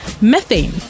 methane